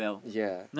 yea